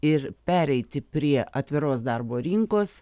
ir pereiti prie atviros darbo rinkos